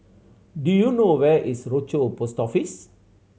do you know where is Rochor Post Office